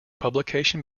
publication